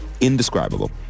indescribable